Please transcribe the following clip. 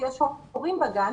כשיש הורים בגן,